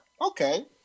Okay